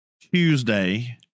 Tuesday